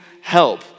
help